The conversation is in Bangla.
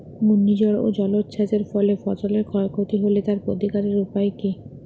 ঘূর্ণিঝড় ও জলোচ্ছ্বাস এর ফলে ফসলের ক্ষয় ক্ষতি হলে তার প্রতিকারের উপায় কী?